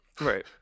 Right